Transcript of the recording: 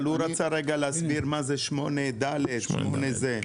אבל הוא רצה להסביר מה זה 8(ד) בחוק.